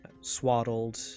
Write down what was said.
swaddled